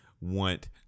want